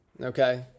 Okay